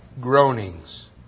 groanings